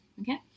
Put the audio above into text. Okay